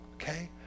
okay